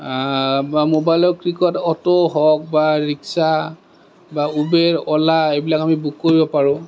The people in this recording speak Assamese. মোবাইলৰ ক্লিকত অ'টো হওক বা ৰিক্সা বা ওবেৰ অ'লা এইবিলাক আমি বুক কৰিব পাৰোঁ